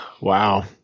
Wow